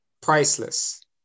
priceless